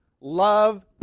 love